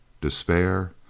Despair